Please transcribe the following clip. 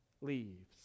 leaves